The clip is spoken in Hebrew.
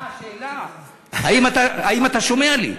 אה, השאלה: האם אתה שומע לי?